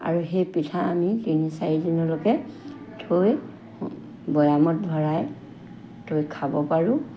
আৰু সেই পিঠা আমি তিনি চাৰিদিনলৈকে থৈ বয়ামত ভৰাই থৈ খাব পাৰোঁ